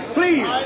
please